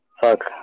fuck